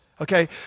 Okay